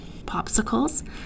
popsicles